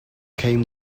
came